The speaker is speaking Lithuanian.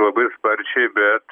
labai sparčiai bet